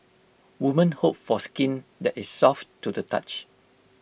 woman hope for skin that is soft to the touch